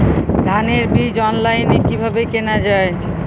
ধানের বীজ অনলাইনে কিভাবে কেনা যায়?